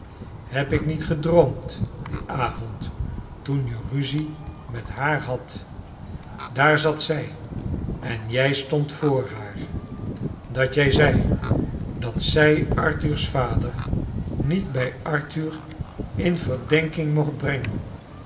heb ik niet gedroomd dien avond toen je ruzie met haar hadt daar zat zij en jij stond voor haar dat jij zei dat zjij arthur's vader niet bij arthur in verdenking mocht brengen